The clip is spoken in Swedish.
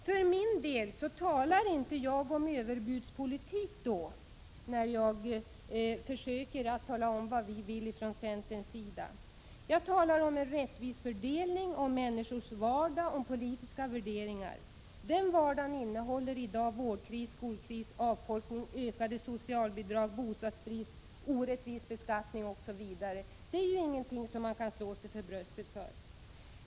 Det är inte fråga om överbudspolitik när jag försöker tala om vad centern vill. Jag talar om en rättvis fördelning, om människors vardag, om politiska värderingar. Vardagen innehåller i dag vårdkris, skolkris, avfolkning, ökade socialbidrag, bostadsbrist, orättvis beskattning osv. Det är ju ingenting man kan slå sig för bröstet för.